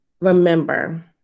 remember